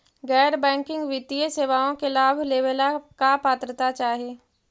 गैर बैंकिंग वित्तीय सेवाओं के लाभ लेवेला का पात्रता चाही?